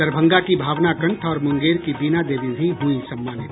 दरभंगा की भावना कंठ और मुंगेर की बीना देवी भी हुई सम्मानित